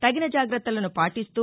తగిన జాగ్రత్తలను పాటిస్తూ